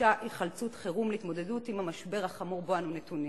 דרושה היחלצות חירום להתמודדות עם המשבר החמור שבו אנו נתונים.